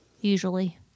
usually